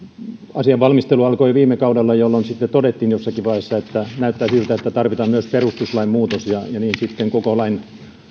asian valmistelu alkoi viime kaudella jolloin sitten todettiin jossakin vaiheessa että näyttää siltä että tarvitaan myös perustuslainmuutos ja niin sitten koko